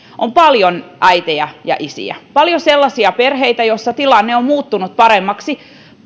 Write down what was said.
on paljon äitejä ja isiä paljon sellaisia perheitä joissa tilanne on muuttunut paremmaksi